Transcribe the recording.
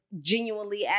genuinely